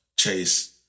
Chase